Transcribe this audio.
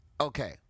Okay